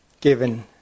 given